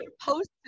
posted